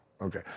Okay